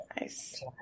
nice